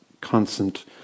constant